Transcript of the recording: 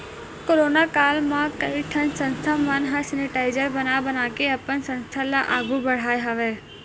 corona काल म कइ ठन संस्था मन ह सेनिटाइजर बना बनाके अपन संस्था ल आघु बड़हाय हवय